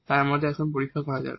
তাই আমাদের এখানে পরীক্ষা করা যাক